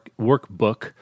workbook